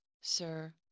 sir